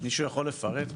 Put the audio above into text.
מישהו יכול לפרט?